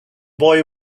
boy